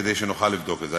כדי שנוכל לבדוק את זה.